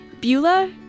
Beulah